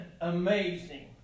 amazing